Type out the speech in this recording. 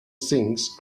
things